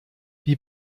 wie